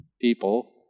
people